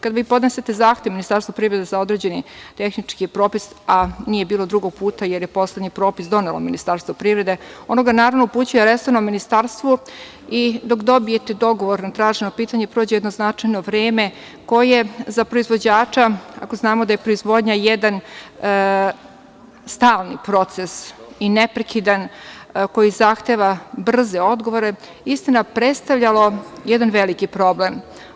Kad vi podnesete zahtev Ministarstvu privrede za određeni tehnički propis, a nije bilo drugog puta jer je poslednji propis donelo Ministarstvo privrede, ono ga, naravno, upućuje resornom ministarstvu i dok dobijete odgovor na traženo pitanje prođe jedno značajno vreme koje je za proizvođača, ako znamo da je proizvodnja jedan stalni proces i neprekidan, koji zahteva brze odgovore, istina, predstavljalo jedan veliki problem.